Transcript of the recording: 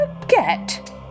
forget